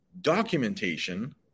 documentation